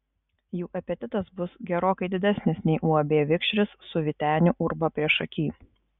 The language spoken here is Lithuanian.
jų apetitas bus gerokai didesnis nei uab vikšris su vyteniu urba priešaky